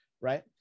right